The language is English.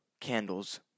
Candles